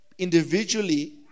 Individually